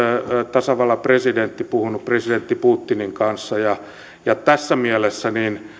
tasavallan presidentti on puhunut presidentti putinin kanssa ja ja tässä mielessä